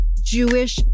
jewish